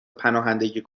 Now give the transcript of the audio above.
پناهندگی